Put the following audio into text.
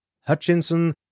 Hutchinson